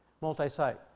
multi-site